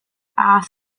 are